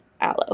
aloe